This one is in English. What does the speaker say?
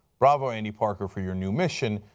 bravo andy parker for your new mission.